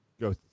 go